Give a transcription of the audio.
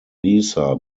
lisa